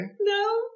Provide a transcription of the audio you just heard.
no